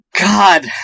God